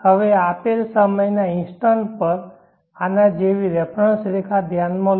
હવે આપેલ સમયના ઇન્સ્ટન્ટ પર આના જેવી રેફેરન્સ રેખા ધ્યાનમાં લો